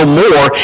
more